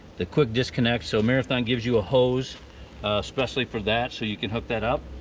the quick disconnect. so marathon gives you a hose especially for that, so you can hook that up,